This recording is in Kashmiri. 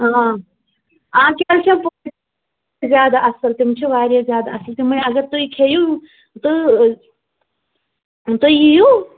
آ اَدٕ کیٛاہ اَدٕ کیٛاہ زیادٕ اَصٕل تِم چھِ واریاہ زیادٕ اَصٕل تِمٕے اگر تُہۍ کھیٚیِو تہٕ تُہۍ یِیِو